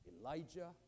Elijah